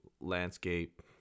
landscape